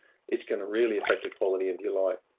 it's going to really affect the quality of your life.